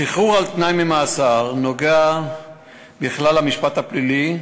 שחרור על-תנאי ממאסר נוגע בכלל למשפט הפלילי,